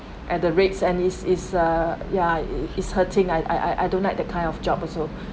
at the rates and it's it's uh ya is hurting I I don't like that kind of job also